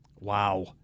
Wow